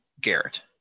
Garrett